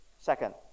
Second